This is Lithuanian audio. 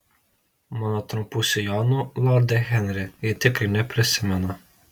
mano trumpų sijonų lorde henri ji tikrai neprisimena